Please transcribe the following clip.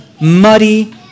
muddy